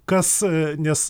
kas nes